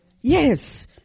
Yes